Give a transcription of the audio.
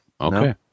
Okay